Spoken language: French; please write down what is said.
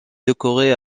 décoré